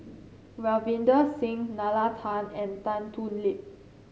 Ravinder Singh Nalla Tan and Tan Thoon Lip